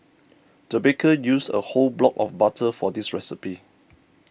the baker used a whole block of butter for this recipe